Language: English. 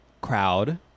crowd